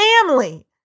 family